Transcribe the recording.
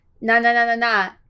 Na-na-na-na-na